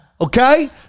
Okay